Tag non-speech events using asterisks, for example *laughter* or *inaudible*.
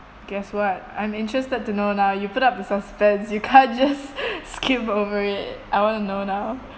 guess what I'm interested to know now you put up the suspense you can't just *laughs* skip over it I want to know now